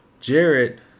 Jared